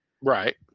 Right